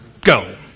Go